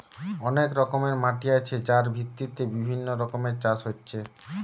অনেক রকমের মাটি আছে যার ভিত্তিতে বিভিন্ন রকমের চাষ হচ্ছে